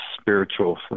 spiritual